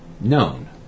known